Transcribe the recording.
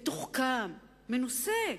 מתוחכם ומנוסה,